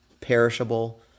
perishable